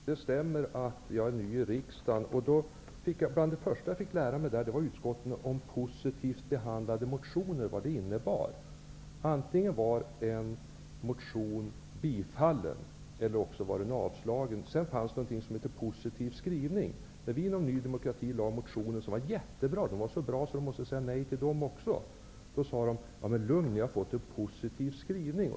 Herr talman! Det stämmer att jag är ny i riksdagen, Karin Israelsson. Bland det första som jag fick lära mig var vad det innebar när utskotten behandlade motioner positivt. Antingen blev en motion tillstyrkt eller också avstyrkt. Sedan fanns det någonting som hette positiv skrivning. När vi i Ny demokrati väckte motioner som var mycket bra -- de var så bra att man måste säga nej till dem -- sade man: Lugn, ni har fått en positiv skrivning.